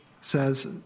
says